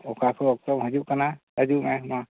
ᱚᱠᱟ ᱠᱚ ᱚᱠᱛᱚᱢ ᱦᱤᱡᱩᱜ ᱠᱟᱱᱟ ᱦᱤᱡᱩᱜ ᱢᱮ ᱢᱟ